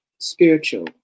spiritual